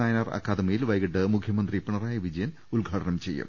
നായനാർ അക്കാദമിയിൽ വൈകിട്ട് മുഖ്യമന്ത്രി പിണറായി വിജയൻ ഉദ്ഘാടനം ചെയ്യും